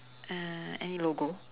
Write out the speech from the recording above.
uh any logo